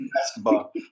basketball